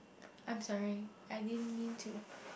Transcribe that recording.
I'm sorry I didn't mean to